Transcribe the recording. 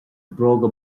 bróga